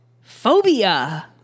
Phobia